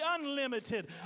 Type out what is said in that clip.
unlimited